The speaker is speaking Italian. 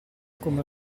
come